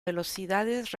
velocidades